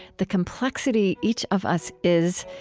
the complexity each of us is,